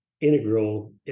integral